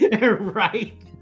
Right